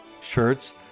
shirts